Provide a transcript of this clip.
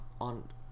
on